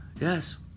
yes